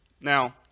Now